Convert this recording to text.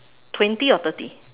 twenty or thirty